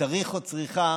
צריך או צריכה